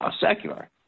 secular